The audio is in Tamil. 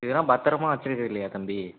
இதெலாம் பத்தரமாக வச்சிருக்கறது இல்லையா தம்பி